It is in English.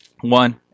One